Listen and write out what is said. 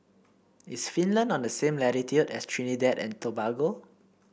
is Finland on the same latitude as Trinidad and Tobago